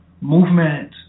movement